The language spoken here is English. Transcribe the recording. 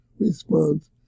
response